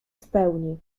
spełni